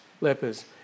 lepers